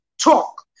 talk